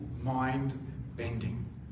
mind-bending